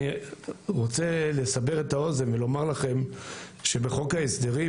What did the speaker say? אני רוצה לסבר את האוזן ולומר לכם שבחוק ההסדרים